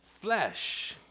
flesh